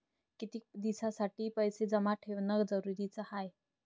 कितीक दिसासाठी पैसे जमा ठेवणं जरुरीच हाय?